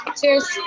Cheers